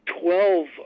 twelve